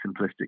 simplistic